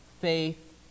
faith